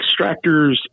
extractors